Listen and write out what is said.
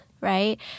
right